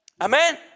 Amen